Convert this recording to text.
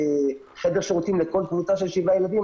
חדר שירותים לכל קבוצה של שבעה ילדים,